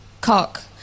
cock